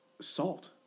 salt